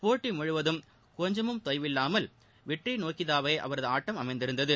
போட்டி முழுவதும் கொஞ்சமும் தொய்வில்லாமல் வெற்றியை நோக்கியதாகவே அவரது ஆட்டம் அமைந்திருந்தது